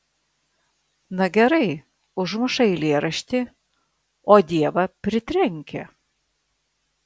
na gerai užmuša eilėraštį o dievą pritrenkia